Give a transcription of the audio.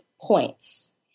points